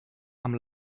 amb